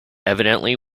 evidently